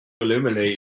illuminate